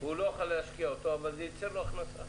שהוא לא יוכל להשקיע אותו, אבל זה ייצר לו הכנסה.